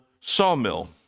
sawmill